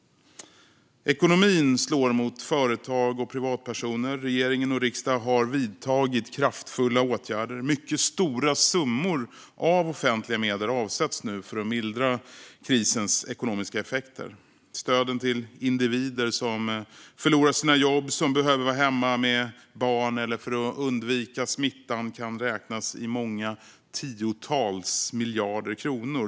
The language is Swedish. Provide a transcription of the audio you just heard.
Ekonomin slår mot företag och privatpersoner. Regering och riksdag har vidtagit kraftfulla åtgärder. Mycket stora summor av offentliga medel avsätts nu för att mildra krisens ekonomiska effekter. Stöden till individer som förlorar sina jobb, som behöver vara hemma med barn eller för att undvika smittan kan räknas i många tiotals miljarder kronor.